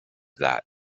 that